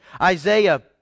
Isaiah